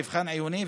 מבחן עיוני,